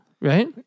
right